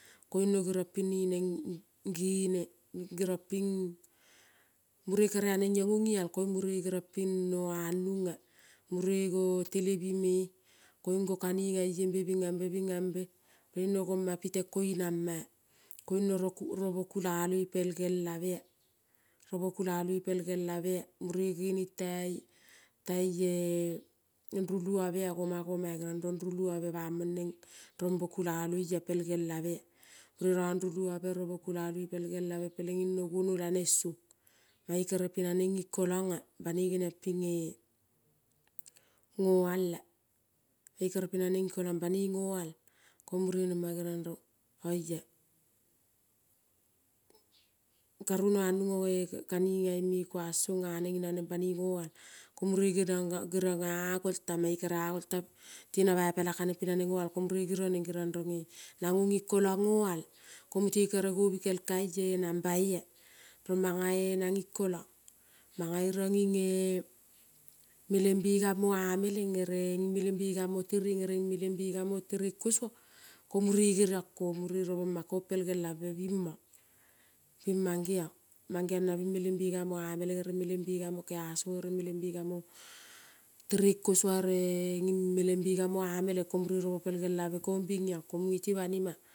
Koin no gerion nemen gene geronpin mane kere anen iono lal koun mure noanuna mure go televi me-e koin mure go kunina ye be binamb, binambe koin nogoma piten koinama koin no robo kulaloi pei gelabea, robo kuiaioi pei geiabe mure genin tai ruiuobe goma goma gerion rong ruiuobe bamon nen rombo kulaloia kulaloia pel gelabea ron ruluobe robo kulaloi pei gelabe in no guono lanen son. Mane kere nenin kolon banoi noai. mane kere nenini kolon banoi noai ko mure nema gerion ro oai karu noanun okai kamina ie son anen ina nen banoi noai mure gerion, mure gerion a-a goi tang tina bai pelantan kanen pinai noai gerion rone nano nin kolon noal. Komute kere gobe kei kai namba mea romana na nin kolon nanine melenbega mo omeien melembe mo teren, ere melengbega mo omeien, melembe mo teren, ere melembega mo omeien, melembe mo teren, ere melembega mo teren kosuo ko mure gerion kon mure ro boma kon pei gelabe binion bin mangeon, melembega mo omeien, ere melembega mo omeilen ko mure robo ko pei gei abe biion ko mune ti banima